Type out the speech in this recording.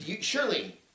Surely